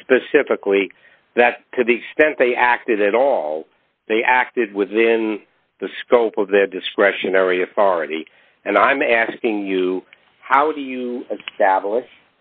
specifically that to the extent they acted at all they acted within the scope of their discretionary authority and i'm asking you how do you